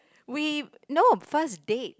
we no first date